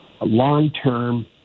long-term